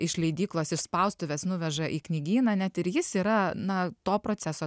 iš leidyklos iš spaustuvės nuveža į knygyną net ir jis yra na to proceso